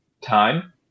time